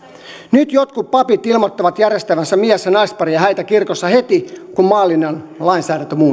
nyt jotkut papit ilmoittavat järjestävänsä mies ja naisparien häitä kirkossa heti kun maallinen lainsäädäntö muuttuu